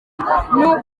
bataduha